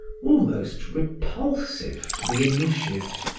almost repulsive to the initiate.